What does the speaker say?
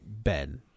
Ben